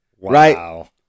Right